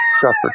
suffer